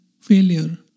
failure